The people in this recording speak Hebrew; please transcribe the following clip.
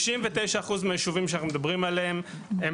99% מהישובים שאנחנו מדברים עליהם הם